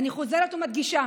אני חוזרת ומדגישה: